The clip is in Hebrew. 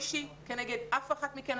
זה לא אישי כנגד אף אחת מכן.